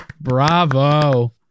Bravo